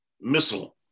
missile